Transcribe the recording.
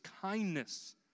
kindness